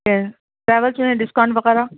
پھر ٹریولس میں ڈسکاؤنٹ وغیرہ